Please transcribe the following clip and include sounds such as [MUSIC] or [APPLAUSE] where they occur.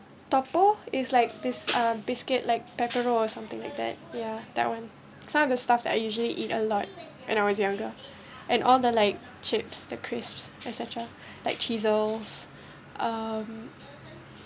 toppo it's like this uh biscuit like paper roll or something like that ya that one some of the stuff I usually eat a lot and I was younger and all the like chips the crisps etcetera [BREATH] like cheezels [BREATH] um